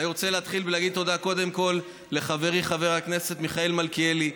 אני רוצה להתחיל בלהגיד תודה קודם כול לחברי חבר הכנסת מיכאלי מלכיאלי.